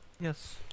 Yes